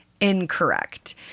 incorrect